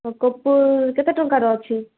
ଆଉ କର୍ପୂର କେତେ ଟଙ୍କାର ଅଛି